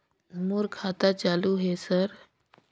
मोर खाता चालु हे सर?